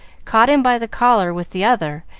caught him by the collar with the other,